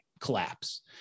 collapse